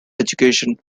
education